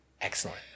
excellent